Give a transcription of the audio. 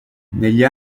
negli